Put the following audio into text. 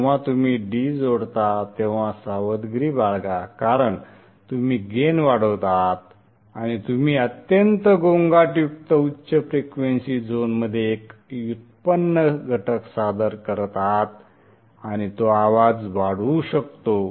जेव्हा तुम्ही D जोडता तेव्हा सावधगिरी बाळगा कारण तुम्ही गेन वाढवत आहात आणि तुम्ही अत्यंत गोंगाटयुक्त उच्च फ्रिक्वेंसी झोनमध्ये एक व्युत्पन्न घटक सादर करत आहात आणि तो आवाज वाढवू शकतो